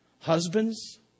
Husbands